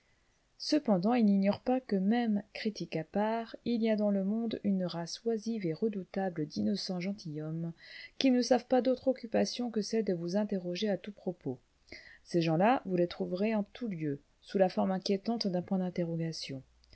cependant il n'ignore pas que même critique à part il y a dans le monde une race oisive et redoutable d'innocents gentilshommes qui ne savent pas d'autre occupation que celle de vous interroger à tout propos ces gens-là vous les trouverez en tous lieux sous la forme inquiétante d'un point d'interrogation